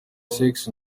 sex